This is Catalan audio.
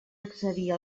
accedir